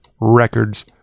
records